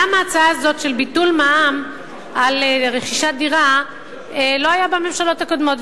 למה ההצעה הזאת של ביטול מע"מ על רכישת דירה לא היתה בממשלות הקודמות?